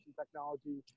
technology